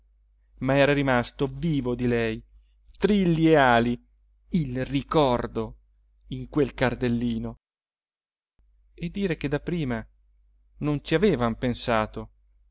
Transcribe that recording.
ma era rimasto vivo di lei trilli e ali il ricordo in quel cardellino e dire che dapprima non ci avevan pensato